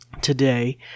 Today